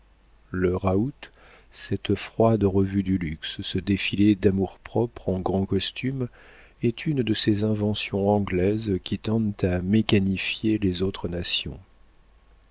raout cette froide revue du luxe ce défilé damours propres en grand costume est une de ces inventions anglaises qui tendent à mécaniser les autres nations